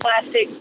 plastic